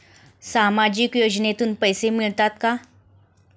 सामाजिक योजनेतून पैसे मिळतात का?